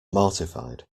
mortified